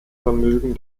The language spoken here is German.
vermögen